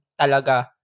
talaga